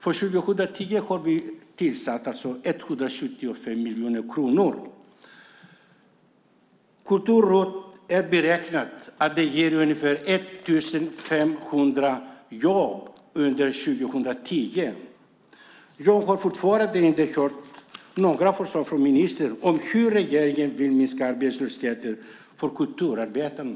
För 2010 har vi avsatt 175 miljoner kronor. Kultur-ROT beräknas ge ungefär 1 500 jobb under 2010. Jag har fortfarande inte hört några förslag från ministern om hur regeringen vill minska arbetslösheten för kulturarbetarna.